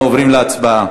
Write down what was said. אנחנו עוברים להצבעה.